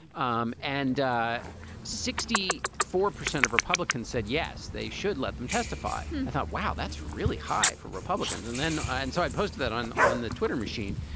um and sixty four percent of republicans said, yes, they should let them testify. i thought, wow, that's really high for republicans. and then. and so i posted that on on the twitter machine.